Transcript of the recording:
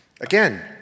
again